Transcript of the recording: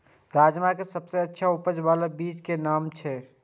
राजमा के सबसे अच्छा उपज हे वाला बीज के नाम की छे?